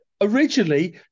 originally